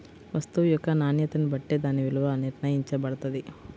వస్తువు యొక్క నాణ్యతని బట్టే దాని విలువ నిర్ణయించబడతది